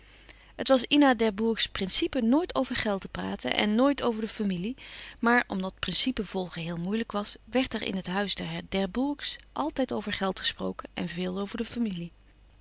het was ina d'herbourgs principe nooit over geld te praten en nooit over de familie maar omdat principe volgen heel moeilijk was werd er in het huis der d'herbourgs altijd over geld gesproken en veel over de familie